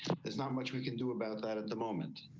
there's not much we can do about that at the moment.